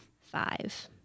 five